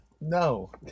no